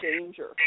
danger